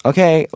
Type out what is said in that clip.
Okay